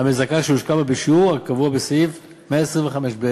שהושקע בה, בשיעור הקבוע בסעיף 125ב(2)